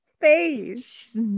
face